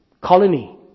colony